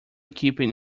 keeping